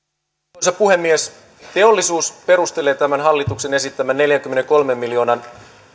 arvoisa puhemies teollisuus perustelee tämän hallituksen esittämän neljänkymmenenkolmen miljoonan euron